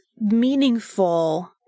meaningful